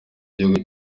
gihugu